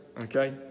Okay